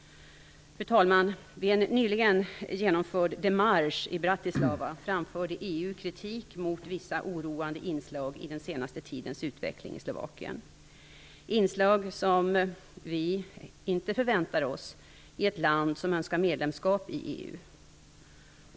Fru talman! Vid en nyligen genomförd demarche i Bratislava framförde EU kritik mot vissa oroande inslag i den senaste tidens utveckling i Slovakien. Det är inslag som vi inte förväntar oss i ett land som önskar medlemskap i EU.